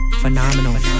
Phenomenal